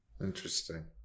Interesting